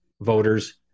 voters